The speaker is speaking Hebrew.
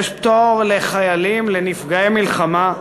יש פטור לחיילים ונפגעי מלחמה.